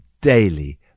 daily